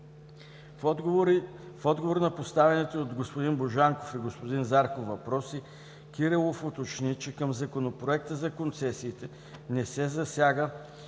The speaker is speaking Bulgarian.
В отговор на поставените от господин Божанков и господин Зарков въпроси, господин Кирилов уточни, че със Законопроекта за концесиите не се засяга